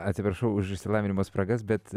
atsiprašau už išsilavinimo spragas bet